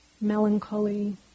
melancholy